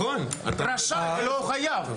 רשאי ולא חייב.